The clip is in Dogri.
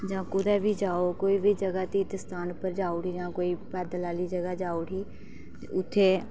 जां कुतै बी जाओ कोई बी तीर्थ स्थान उप्पर जाओ उठी जां कोई पैदल आह्ली जगह जाओ उठी ते उत्थै